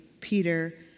Peter